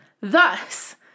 Thus